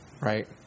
Right